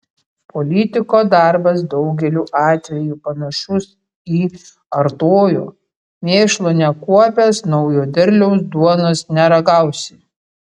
politiko darbas daugeliu atvejų panašus į artojo mėšlo nekuopęs naujo derliaus duonos neragausi